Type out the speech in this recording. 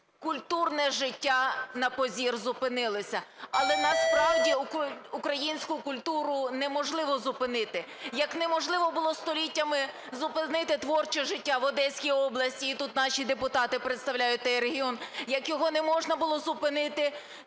Культурне життя на позір зупинилося. Але насправді українську культуру неможливо зупинити, як неможливо було століттями зупинити творче життя в Одеській області, і тут наші депутати представляють той регіон, як його не можна було зупинити,